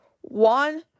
one